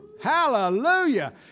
Hallelujah